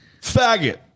Faggot